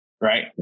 right